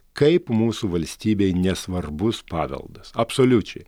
kaip mūsų valstybei nesvarbus paveldas absoliučiai